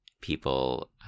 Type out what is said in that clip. people